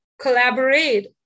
collaborate